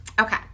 okay